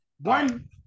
One